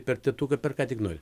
per tėtuką per ką tik nori